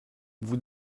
vous